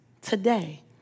today